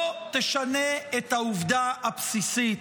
לא תשנה את העובדה הבסיסית,